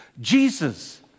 Jesus